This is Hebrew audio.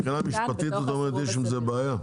מבחינה משפטית יש עם זה בעיה.